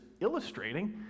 illustrating